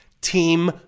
Team